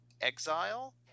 Exile